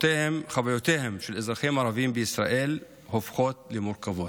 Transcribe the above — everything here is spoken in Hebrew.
חוויותיהם של אזרחים ערבים בישראל הופכות למורכבות.